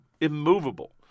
immovable